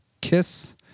Kiss